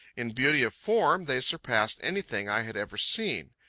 in beauty of form they surpassed anything i had ever seen.